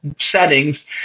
settings